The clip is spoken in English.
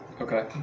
Okay